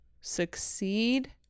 succeed